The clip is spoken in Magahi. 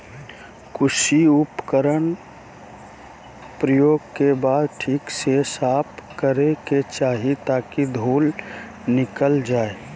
कृषि उपकरण प्रयोग के बाद ठीक से साफ करै के चाही ताकि धुल निकल जाय